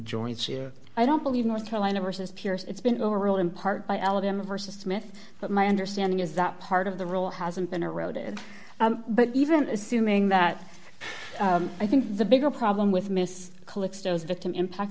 joints here i don't believe north carolina versus peers it's been overruled in part by alabama versus smith but my understanding is that part of the rule hasn't been eroded but even assuming that i think the bigger problem with miss calexico is victim impact